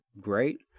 great